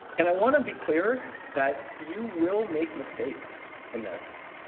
and i want to be clear that you will make mistakes in this.